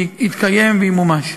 זה יתקיים וימומש.